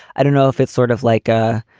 i don't know if it's sort of like a